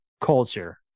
culture